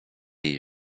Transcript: jej